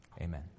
Amen